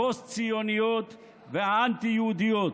הפוסט-ציוניות והאנטי-יהודיות.